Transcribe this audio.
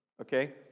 okay